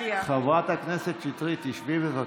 חברת הכנסת שטרית, תשבי, בבקשה.